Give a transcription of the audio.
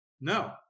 No